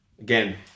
again